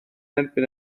erbyn